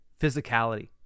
physicality